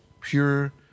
pure